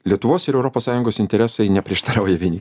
lietuvos ir europos sąjungos interesai neprieštarauja vieni